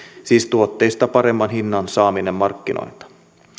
siis tuotteista paremman hinnan saaminen markkinoilta